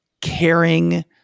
caring